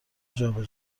جابه